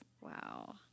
Wow